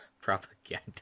propaganda